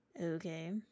Okay